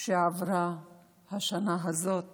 שעברה השנה הזאת